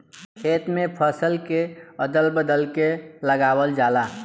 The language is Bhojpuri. खेत में फसल के अदल बदल के लगावल जाला